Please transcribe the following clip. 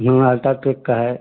आ अल्टाटेक का है